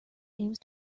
aims